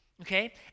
Okay